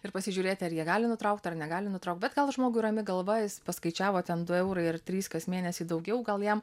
ir pasižiūrėti ar jie gali nutraukti ar negali nutraukti bet gal žmogui rami galva jis paskaičiavo ten du eurai ar trys kas mėnesį daugiau gal jam